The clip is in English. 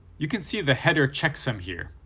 you can see the header checksum here.